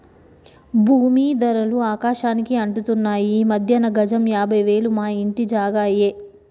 భూమీ ధరలు ఆకాశానికి అంటుతున్నాయి ఈ మధ్యన గజం యాభై వేలు మా ఇంటి జాగా అయ్యే